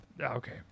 okay